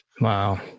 wow